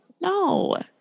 no